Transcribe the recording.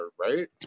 right